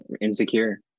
insecure